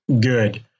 good